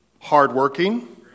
Hardworking